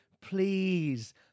please